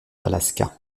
alaska